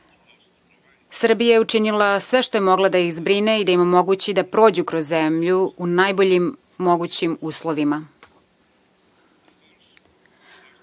je učinila sve što je mogla da ih zbrine i da im omogući da prođu kroz zemlju u najboljim mogućim uslovima.